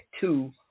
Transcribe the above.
two